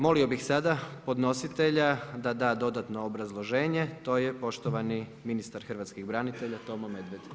Molio bi sada podnositelja da da dodatno obrazloženje, to je poštovani ministar hrvatskih branitelja Tomo Medved.